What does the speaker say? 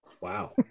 Wow